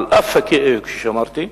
על אף הכאב, כפי שאמרתי,